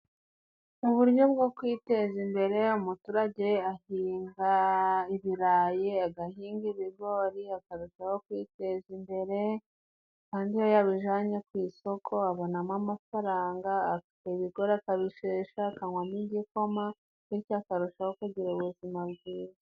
Mu buryo bwo kwiteza imbere, umuturage ahinga ibirayi, agahinga ibigori ,akarushaho kwiteza imbere kandi iyo yabijyanye ku isoko abonamo amafaranga. Ibigori akabishesha akanwamo igikoma, bityo akarushaho kugira ubuzima bwiza.